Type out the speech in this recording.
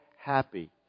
happy